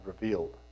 revealed